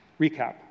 recap